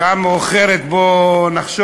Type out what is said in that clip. השעה מאוחרת, בוא נחשוב